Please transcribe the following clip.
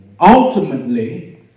Ultimately